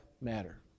matter